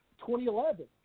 2011